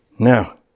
Now